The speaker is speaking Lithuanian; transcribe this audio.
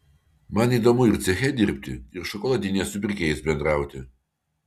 man įdomu ir ceche dirbti ir šokoladinėje su pirkėjais bendrauti